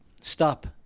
stop